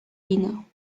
lino